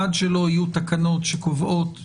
עד שלא יהיו תקנות שקובעות א',